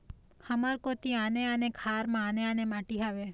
हमर कोती आने आने खार म आने आने माटी हावे?